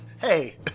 Hey